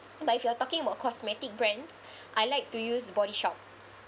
but if you are talking about cosmetic brands I like to use Body Shop